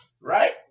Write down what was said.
right